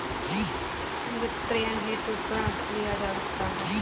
वित्तीयन हेतु ऋण लिया जा सकता है